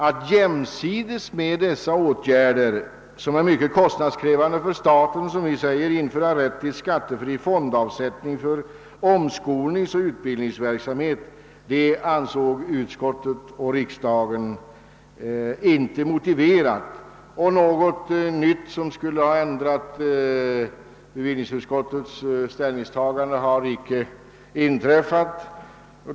Att jämsides med dessa åtgärder, som är mycket kostnadskrävande för staten, införa rätt till skattefri fondavsättning för omskolningsoch utbildningsverksamhet, ansåg utskottet och riksdagen inte motiverat. Något nytt som skulle ha ändrat bevillningsutskottets ställningstagande har icke inträffat.